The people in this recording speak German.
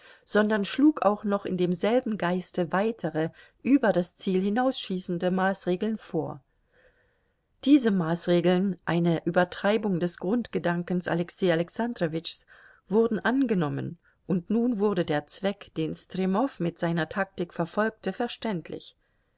sondern schlug auch noch in demselben geiste weitere über das ziel hinausschießende maßregeln vor diese maßregeln eine übertreibung des grundgedankens alexei alexandrowitschs wurden angenommen und nun wurde der zweck den stremow mit seiner taktik verfolgt hatte verständlich